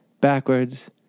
backwards